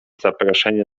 zaproszenie